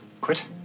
Quit